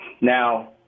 Now